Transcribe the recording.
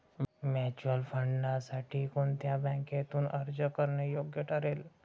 Mutual फंडांसाठी कोणत्या बँकेतून अर्ज करणे योग्य ठरेल?